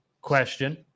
question